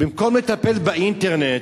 במקום לטפל באינטרנט,